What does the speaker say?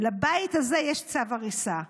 לבית הזה יש צו הריסה מיידי,